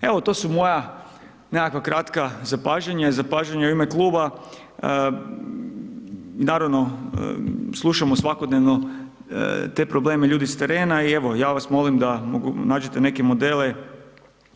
Evo, to su moja nekakva kratka zapažanja, zapažanja u ime kluba, naravno, slušamo svakodnevno te probleme ljudi s terena i evo ja vas molim da nađete neke modele